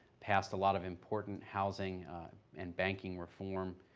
passed a lot of important housing and banking reform.